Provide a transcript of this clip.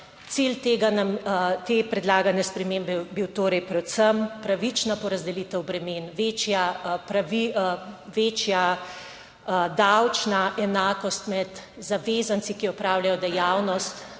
Cilj tega, te predlagane spremembe, je bil torej predvsem pravična porazdelitev bremen, večja davčna enakost med zavezanci, ki opravljajo dejavnost